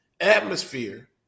atmosphere